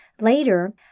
Later